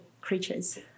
creatures